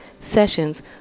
sessions